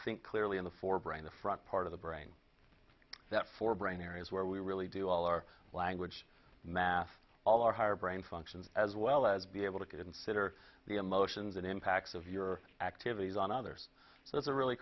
think clearly in the fore brain the front part of the brain that for brain areas where we really do all our language math all our higher brain functions as well as be able to consider the emotions and impacts of your activities on others so it's a really